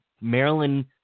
Maryland